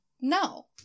No